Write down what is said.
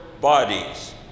bodies